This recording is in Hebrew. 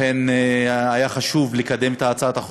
לכן היה חשוב לקדם אותה.